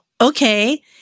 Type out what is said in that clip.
Okay